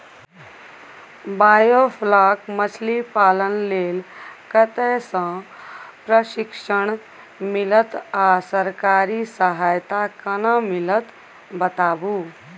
Biofloc मछलीपालन लेल कतय स प्रशिक्षण मिलत आ सरकारी सहायता केना मिलत बताबू?